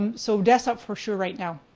um so desktop for sure right now.